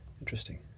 Interesting